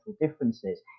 differences